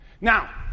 Now